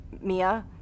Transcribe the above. Mia